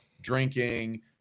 drinking